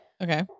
Okay